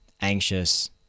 anxious